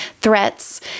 threats